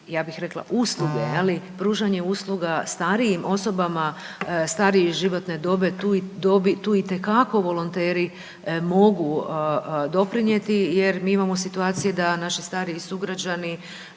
ja bih rekla usluge, je li, pružanje usluga starijim osobama, starije životne dobi, tu itekako volonteri mogu doprinijeti jer mi imamo situacije da naši stariji sugrađani,